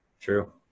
true